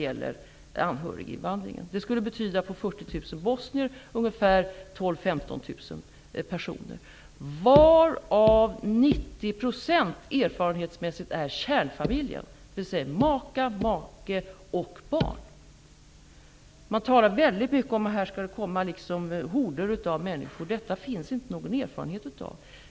På 40 000 bosnier skulle det betyda ungefär erfarenhetsmässigt är kärnfamiljer, dvs. make, maka och barn. Det talas väldigt mycket om att här skall det komma horder av människor. Detta finns det inte någon erfarenhet av.